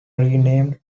renamed